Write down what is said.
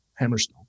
Hammerstone